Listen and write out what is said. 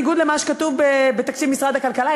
בניגוד למה שכתוב בתקציב משרד הכלכלה,